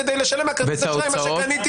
כדי לשלם מכרטיס האשראי על מה שקניתי.